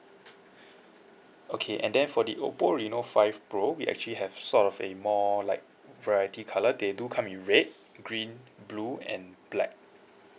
okay and then for the oppo reno five pro we actually have sort of a more like variety colour they do come in red green blue and black